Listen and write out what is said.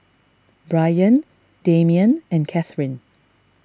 Bryan Damian and Katharine